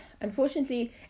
unfortunately